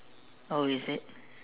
oh is it